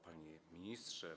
Panie Ministrze!